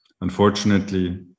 unfortunately